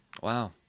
wow